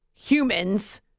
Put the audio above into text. Humans